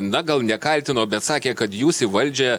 na gal nekaltino bet sakė kad jūs į valdžią